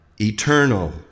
eternal